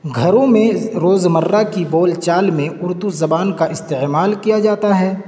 گھروں میں روزمرہ کی بول چال میں اردو زبان کا استعمال کیا جاتا ہے